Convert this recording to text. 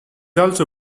also